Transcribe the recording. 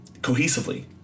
cohesively